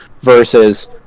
Versus